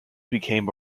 became